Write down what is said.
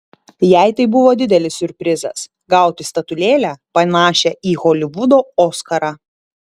jai tai buvo didelis siurprizas gauti statulėlę panašią į holivudo oskarą